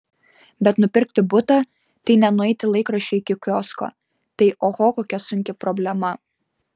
bet nupirkti butą tai ne nueiti laikraščio iki kiosko tai oho kokia sunki problema